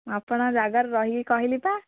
ଆପଣଙ୍କ ଜାଗାରେ ରହିକି କହିଲି ପା